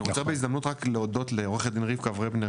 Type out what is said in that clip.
אני רוצה בהזדמנות רק להודות לעו"ד רבקה ברגנר